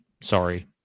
Sorry